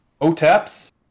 Otap's